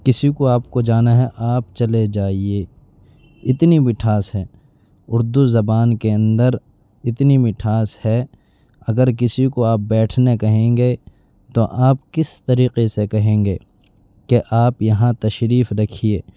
کسی کو آپ کو جانا ہے آپ چلے جائیے اتنی مٹھاس ہے اردو زبان کے اندر اتنی مٹھاس ہے اگر کسی کو آپ بیٹھنے کہیں گے تو آپ کس طریقے سے کہیں گے کہ آپ یہاں تشریف رکھیے